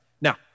Now